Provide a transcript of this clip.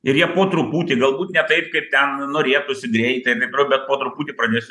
ir jie po truputį galbūt ne taip kaip ten norėtųsi greitai ir taip toliau bet po truputį pradės